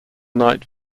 night